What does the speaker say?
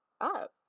up